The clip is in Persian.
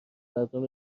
مردم